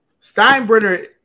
Steinbrenner